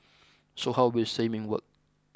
so how will streaming work